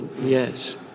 yes